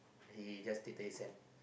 he just take thirty cent